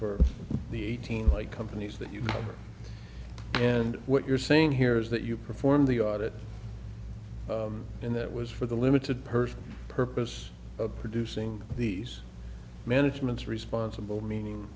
for the eighteen like companies that you are and what you're saying here is that you performed the audit and that was for the limited person purpose of producing these managements responsible meaning